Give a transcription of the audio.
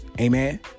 Amen